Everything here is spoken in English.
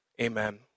Amen